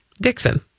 Dixon